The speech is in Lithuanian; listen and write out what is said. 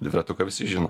dviratuką visi žino